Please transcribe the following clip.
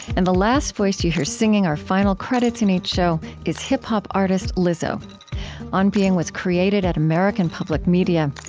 and the last voice you hear singing our final credits in each show is hip-hop artist lizzo on being was created at american public media.